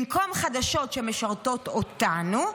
במקום חדשות שמשרתות אותנו,